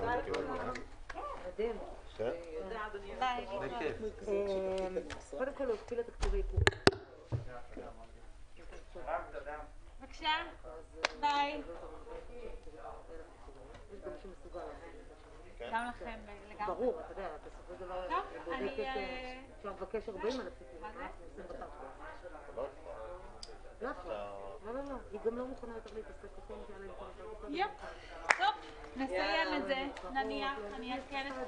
11:50.